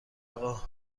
اقا